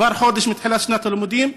כבר חודש מתחילת שנת הלימודים,